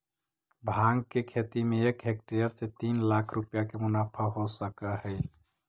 भाँग के खेती में एक हेक्टेयर से तीन लाख रुपया के मुनाफा हो सकऽ हइ